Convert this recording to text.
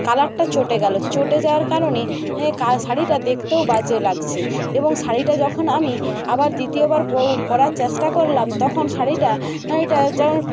কালারটা চটে গেল চটে যাওয়ার কারণে শাড়িটা দেখতেও বাজে লাগছে এবং শাড়িটা যখন আমি আবার দ্বিতীয়বার পরার চেষ্টা করলাম তখন শাড়িটা যেমন